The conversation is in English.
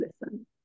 listen